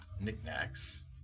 knickknacks